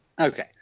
Okay